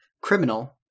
criminal